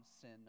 sin